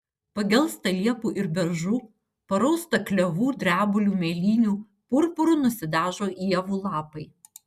pagelsta liepų ir beržų parausta klevų drebulių mėlynių purpuru nusidažo ievų lapai